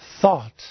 thought